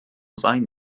sein